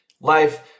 life-